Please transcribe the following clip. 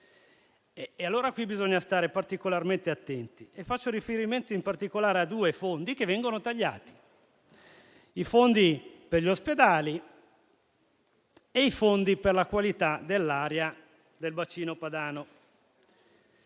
Allora qui bisogna stare particolarmente attenti e faccio riferimento soprattutto a due fondi che vengono tagliati: i fondi per gli ospedali e i fondi per la qualità dell'aria del bacino padano.